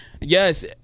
yes